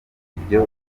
ibyo